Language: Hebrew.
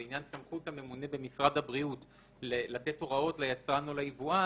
לעניין סמכות הממונה במשרד הבריאות לתת הוראות ליצרן או ליבואן,